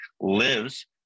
Lives